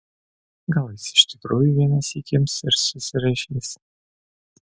gal jis iš tikrųjų vienąsyk ims ir susirašys